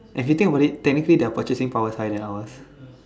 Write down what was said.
and to think about it technically their purchasing power is higher than ours